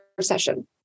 session